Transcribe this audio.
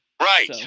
right